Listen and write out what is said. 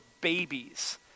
babies